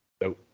no